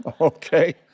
Okay